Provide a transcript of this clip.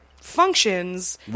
functions